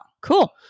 Cool